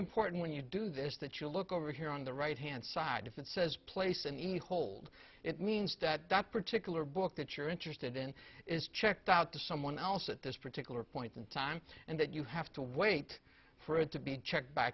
important when you do this that you look over here on the right hand side if it says place in the hold it means that that particular book that you're interested in is checked out to someone else at this particular point in time and that you have to wait for it to be checked b